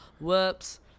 whoops